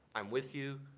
i'm with you.